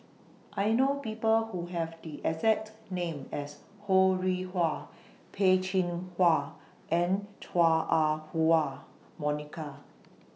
I know People Who Have The exact name as Ho Rih Hwa Peh Chin Hua and Chua Ah Huwa Monica